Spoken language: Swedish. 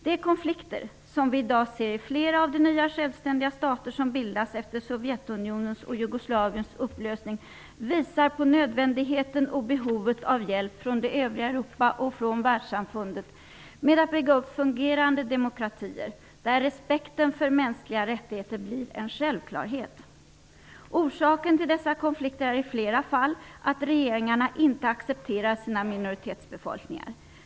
De konflikter som vi i dag ser i flera av de nya, självständiga stater som bildats efter Sovjetunionens och Jugoslaviens upplösning visar på nödvändigheten och behovet av hjälp från det övriga Europa och från världssamfundet med att bygga upp fungerande demokratier, där respekten för mänskliga rättigheter blir en självklarhet. Orsaken till dessa konflikter är i flera fall att regeringarna inte accepterar sina minoritetsbefolkningar.